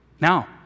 Now